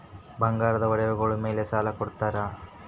ಬಂಗಾರದ ಒಡವೆಗಳ ಮೇಲೆ ಸಾಲ ಕೊಡುತ್ತೇರಾ?